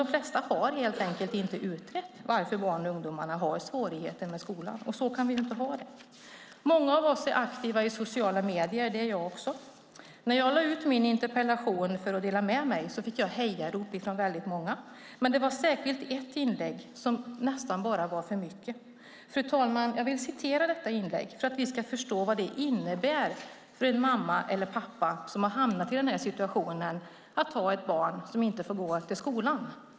De flesta har emellertid inte utrett varför barnen och ungdomarna har svårigheter med skolan. Så kan vi inte ha det. Många av oss är aktiva via sociala medier, även jag. När jag lade ut min interpellation för att dela med mig av den fick jag många hejarop. Särskilt ett av inläggen var nästan för mycket. Jag vill, fru talman, citera det inlägget för att vi ska förstå vad det innebär för en mamma eller pappa att hamna i situationen att ha ett barn som inte får gå till skolan.